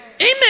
Amen